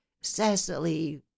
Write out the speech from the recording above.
cecily